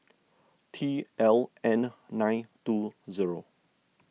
T L N nine two zero